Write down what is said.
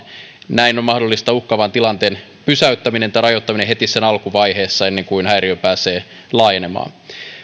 näin on mahdollista uhkaavan tilanteen pysäyttäminen tai rajoittaminen heti sen alkuvaiheessa ennen kuin häiriö pääsee laajenemaan